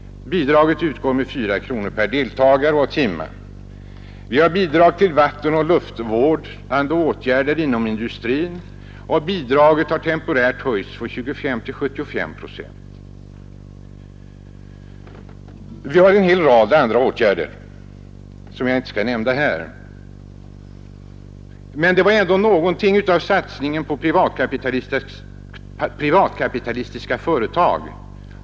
Bidraget utgår med 4 kronor per deltagare och timme. 5. Vi har också bidraget till vattenoch luftvårdande åtgärder inom industrin. Det bidraget har temporärt höjts från 25 till 75 procent. Dessutom har vi en del andra åtgärder, som jag här inte skall nämna. Detta är något av satsningen på privatkapitalistiska företag.